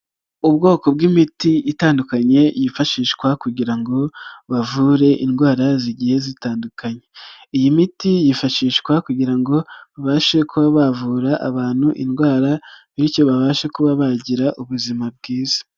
Ubwoko bw'imiti itandukanye yifashishwa kugira ngo bavure indwara zigiye zitandukanye, iyi miti yifashishwa kugira ngo babashe kuba bavura abantu indwara bityo babashe kuba bagira ubuzima bwiza.